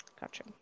gotcha